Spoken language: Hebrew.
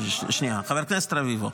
שנייה, חבר הכנסת רביבו.